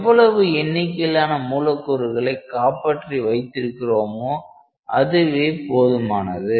எவ்வளவு எண்ணிக்கையிலான மூலக்கூறுகளை காப்பாற்றி வைத்திருக்கிறோமோ அதுவே போதுமானது